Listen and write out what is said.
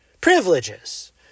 privileges